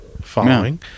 following